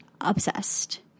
Obsessed